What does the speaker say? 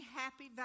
happy